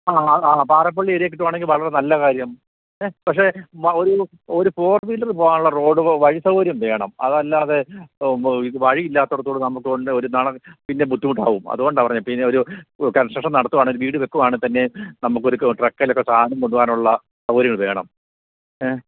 ആ ആ ആ പാരപ്പള്ളി ഏരിയയില് കിട്ടുകയാണെങ്കില് വളരെ നല്ല കാര്യം പക്ഷെ ഒരു ഒരു ഫോർ വീലര് പോവാനുള്ള റോഡ് വഴി സൗകര്യം വേണം അതല്ലാതെ ഈ വഴിയില്ലാത്തുടത്തൂടെ നമുക്ക് കൊണ്ട് ഒരു പിന്നെ ബുദ്ധിമുട്ടാവും അതുകൊണ്ടാണു പറഞ്ഞത് പിന്നെ ഒരു കൺസ്ട്രക്ഷൻ നടത്തുകയാണെങ്കിൽ വീട് വയ്ക്കുകയാണെങ്കില്ത്തന്നെ നമുക്കൊരു ട്രക്കിലൊക്കെ സാധനം കൊണ്ടുവരാനുള്ള സൗകര്യങ്ങൾ വേണം